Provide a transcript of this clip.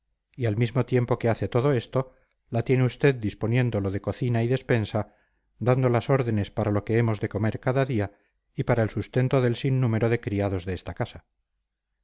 y al mismo tiempo que hace todo esto la tiene usted disponiendo lo de cocina y despensa dando las órdenes para lo que hemos de comer cada día y para el sustento del sinnúmero de criados de esta casa